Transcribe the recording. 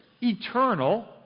eternal